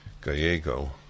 Gallego